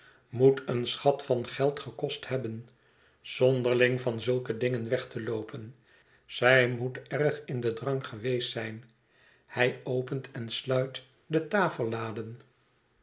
moet een schat van geld gekost hebben zonderling van zulke dingen weg te loopen zij moet erg in den drang geweest zijn hij opent en sluit de tafelladen